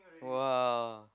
!wah!